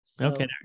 Okay